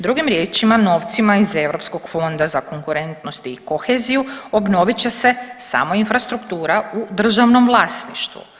Drugim riječima, novcima iz europskog Fonda za konkurentnost i koheziju obnovit će se samo infrastruktura u državnom vlasništvu.